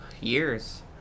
years